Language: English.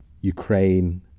Ukraine